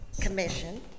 Commission